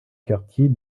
quartier